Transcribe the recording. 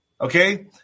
okay